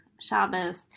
Shabbos